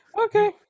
Okay